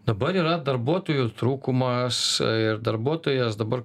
dabar yra darbuotojų trūkumas ir darbuotojas dabar